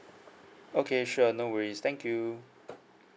okay sure no worries thank you